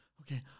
Okay